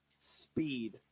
speed